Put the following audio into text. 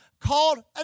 called